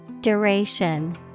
Duration